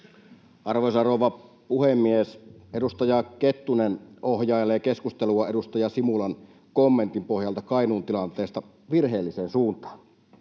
Arvoisa rouva puhemies! Edustaja Kettunen ohjailee keskustelua edustaja Simulan kommentin pohjalta Kainuun tilanteesta virheelliseen suuntaamaan.